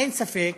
אין ספק,